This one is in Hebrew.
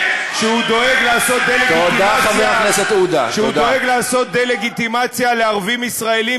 שהוא דואג לעשות דה-לגיטימציה לערבים ישראלים